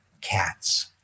cats